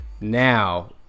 Now